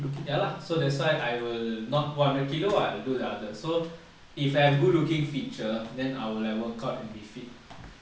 ya lah so that's why I will not put one hundred kilo ah I'll do the other so if I have good looking feature then I will like work out and be fit